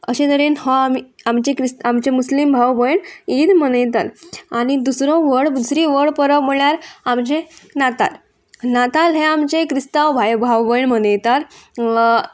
अशे तरेन हो आमी आमचे क्रिस्त आमचे मुस्लीम भाव भयण ईद मनयतात आनी दुसरो व्हड दुसरी व्हड परब म्हणल्यार आमचे नाताल नाताल हें आमचें क्रिस्ताव भाय भाव भयण मनयतात